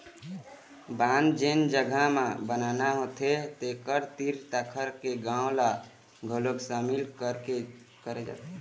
बांध जेन जघा म बनाना होथे तेखर तीर तखार के गाँव ल घलोक सामिल करे जाथे